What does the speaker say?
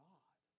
God